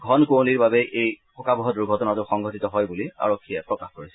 ঘন কূঁৱলীৰ বাবে এই শোকাবহ দূৰ্ঘটনাটো সংঘটিত হয় বুলি আৰক্ষীয়ে প্ৰকাশ কৰিছে